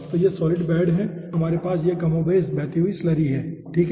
तो यह solid bed है और यहाँ हमारे पास यह कमोबेश बहती हुई स्लरी है ठीक है